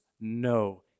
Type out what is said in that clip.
No